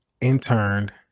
Interned